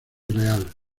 real